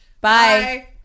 Bye